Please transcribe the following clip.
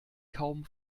kaum